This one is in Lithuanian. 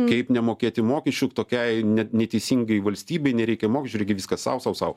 kaip nemokėti mokesčių tokiai ne neteisingai valstybei nereikia mokesčių reikia viską sau sau sau